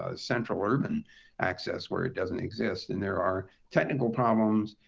ah central urban access where it doesn't exist. and there are technical problems,